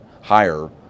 higher